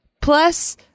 plus